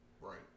Right